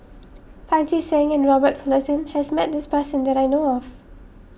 Pancy Seng and Robert Fullerton has met this person that I know of